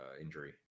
injury